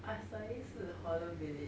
acai 是 holland village